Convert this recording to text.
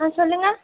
ஆ சொல்லுங்கள்